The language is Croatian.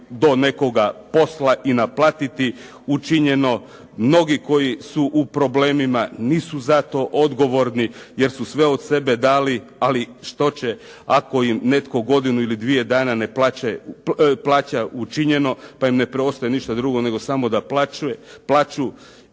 do nekoga posla i naplatiti učinjeno. Mnogi koji su u problemima nisu zato odgovorni, jer su sve od sebe dali ali što će ako im netko godinu ili dvije dana ne plaća učinjeno, pa im ne preostaje ništa drugo nego samo da plaču.